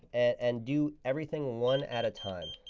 and do everything one at a time.